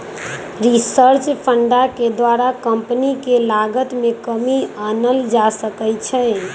research fund के द्वारा company के लागत में कमी आनल जा सकइ छै